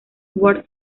ward